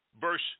verse